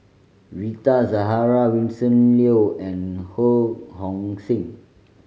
Rita Zahara Vincent Leow and Ho Hong Sing